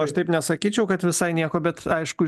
aš taip nesakyčiau kad visai nieko bet aišku